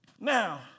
Now